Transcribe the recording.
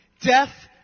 Death